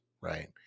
right